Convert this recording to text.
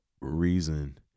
reason